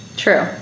True